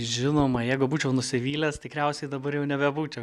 žinoma jeigu būčiau nusivylęs tikriausiai dabar jau nebebūčiau